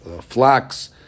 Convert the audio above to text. flax